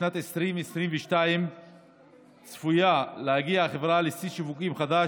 בשנת 2022 צפויה להגיע החברה לשיא שווקים חדש